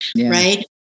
right